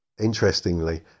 Interestingly